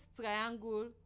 triangle